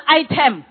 item